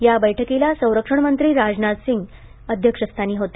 या बैठकीला संरक्षणमंत्री राजनाथ सिंग अध्यक्षस्थानी होते